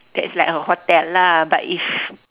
that's like a hotel lah but if